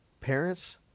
parents